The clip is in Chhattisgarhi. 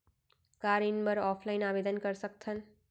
का ऋण बर ऑफलाइन आवेदन कर सकथन?